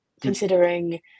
considering